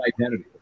identity